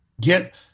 Get